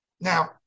Now